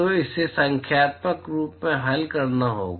तो इसे संख्यात्मक रूप से हल करना होगा